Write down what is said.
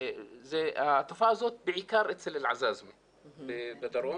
התופעה הזאת בעיקר אצל אל-עזאזמה בדרום.